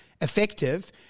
effective